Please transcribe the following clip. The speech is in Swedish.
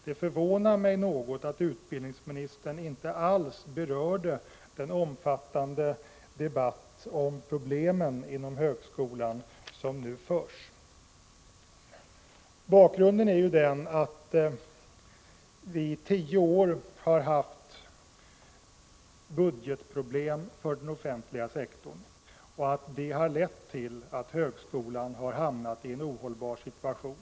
Det förvånar mig något att utbildningsministern inte alls berörde den omfattande debatt om problemen inom högskolan som nu förs. Bakgrunden är att vi under tio år har haft budgetproblem för den offentliga sektorn och att det har lett till att högskolan hamnat i en ohållbar situation.